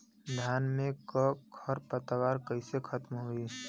धान में क खर पतवार कईसे खत्म होई?